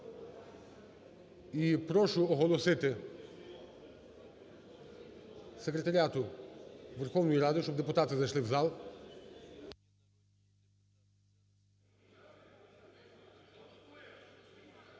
прошу оголосити секретаріату Верховної Ради, щоб депутати зайшли в зал.